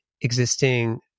existing